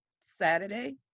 Saturday